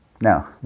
Now